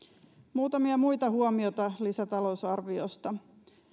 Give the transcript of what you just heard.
muutamia muita huomioita lisätalousarviosta